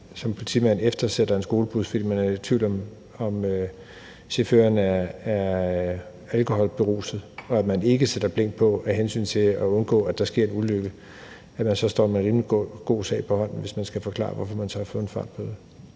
som politimand eftersætter en skolebus, hvis man er i tvivl om, om chaufføren er beruset af alkohol, og at man ikke sætter blink på af hensyn til at undgå, at der sker en ulykke, så står man med en rimelig god sag på hånden, hvis man skal forklare, hvorfor man så har fået en fartbøde.